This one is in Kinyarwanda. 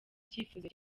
icyifuzo